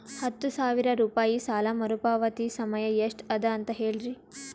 ಹತ್ತು ಸಾವಿರ ರೂಪಾಯಿ ಸಾಲ ಮರುಪಾವತಿ ಸಮಯ ಎಷ್ಟ ಅದ ಅಂತ ಹೇಳರಿ?